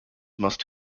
must